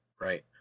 Right